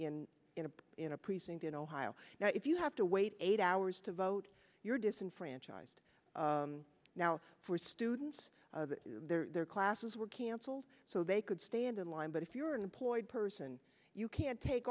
a in a precinct in ohio now if you have to wait eight hours to vote you're disenfranchised now for students their classes were canceled so they could stand in line but if you're an employed person you can't take